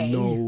no